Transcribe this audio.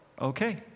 okay